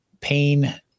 pain